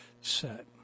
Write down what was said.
set